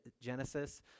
Genesis